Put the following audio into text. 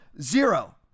Zero